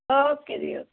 okay ਜੀ okay